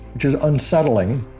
which is unsettling.